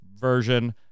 version